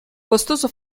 costoso